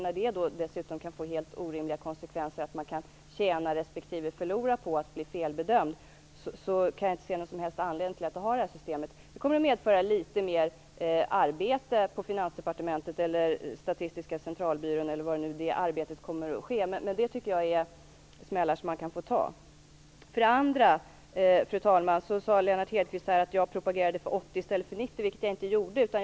När det dessutom kan få helt orimliga konsekvenser, så att man kan tjäna respektive förlora på att bli felbedömd, kan jag inte se någon som helst anledning att ha detta system. Det kommer att innebära litet mer arbete på Finansdepartementet, Statistiska centralbyrån eller var det kommer att behandlas, men det är smällar som man får ta. Lennart Hedquist sade också att jag propagerade för 80 % i stället för 90 %. Det gjorde jag inte.